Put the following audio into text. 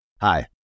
Hi